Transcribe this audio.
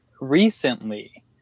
recently